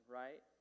right